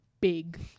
big